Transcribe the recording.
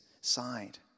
side